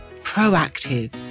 proactive